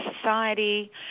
society